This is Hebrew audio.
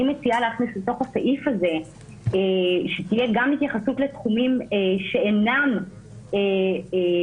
אני מציעה להכניס בסעיף הזה שתהיה התייחסות גם לתחומים שאינם מתחום